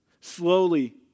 Slowly